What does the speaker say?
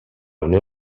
unió